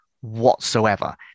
whatsoever